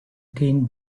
teen